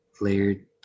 layered